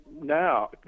now